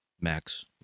max